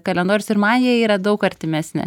kalendorius ir man jie yra daug artimesni